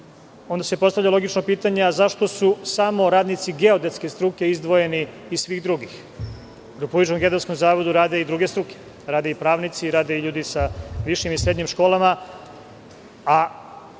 onda se postavlja logično pitanje, zašta su samo radnici geodetske struke izdvojeni iz svih drugih? U Republičkom geodetskom zavodu rade i druge struke, rade i pravnici, rade ljudi sa višim i srednjim školama,